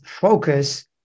focus